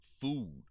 food